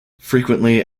frequently